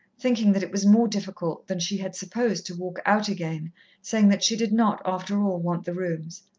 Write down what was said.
thinking that it was more difficult than she had supposed to walk out again saying that she did not, after all, want the rooms.